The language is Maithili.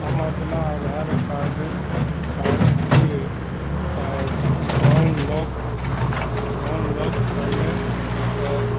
हम अपना आधार कार्ड कार्डके डाउनलोड डाउनलोड करय ले